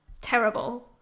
terrible